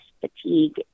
fatigue